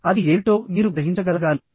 అది ఏమిటో మీరు గ్రహించగలగాలి